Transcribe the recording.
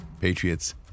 Patriots